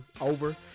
over